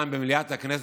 כאן במליאת הכנסת,